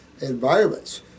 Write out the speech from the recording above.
environments